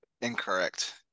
Incorrect